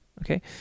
okay